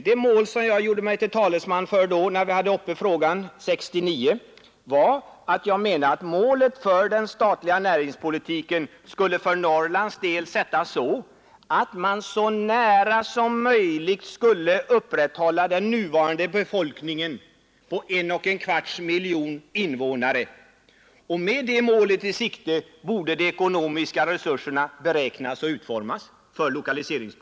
Det mål som jag gjorde mig till talesman för, när vi diskuterade dessa frågor 1969, var att den statliga näringspolitiken för Norrlands del skulle sättas så, att man så nära som möjligt bibehöll den nuvarande befolkningen på 1 1/4 miljon invånare. Med det målet i sikte borde de ekonomiska resurserna för lokaliseringspolitiken beräknas och utformas.